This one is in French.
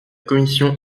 commission